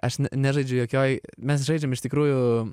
aš ne nežaidžiu jokioj mes žaidžiam iš tikrųjų